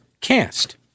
cast